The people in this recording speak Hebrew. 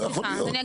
לא יכול להיות.